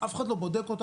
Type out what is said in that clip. ואף אחד לא בודק אותו,